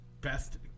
best